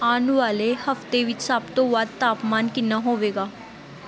ਆਉਣ ਵਾਲੇ ਹਫ਼ਤੇ ਵਿੱਚ ਸਭ ਤੋਂ ਵੱਧ ਤਾਪਮਾਨ ਕਿੰਨਾ ਹੋਵੇਗਾ